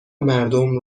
مردم